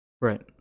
Right